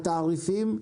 ומהתעריפים,